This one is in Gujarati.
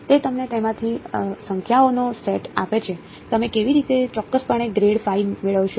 તે તમને તેમાંથી સંખ્યાઓનો સેટ આપે છે તમે કેવી રીતે ચોક્કસપણે ગ્રેડ phi મેળવશો